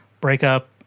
breakup